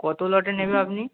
কতো লটে নেবে আপনি